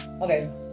Okay